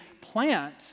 plant